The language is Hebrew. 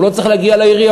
הוא לא צריך להגיע לעירייה,